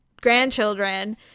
grandchildren